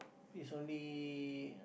is only